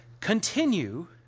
Continue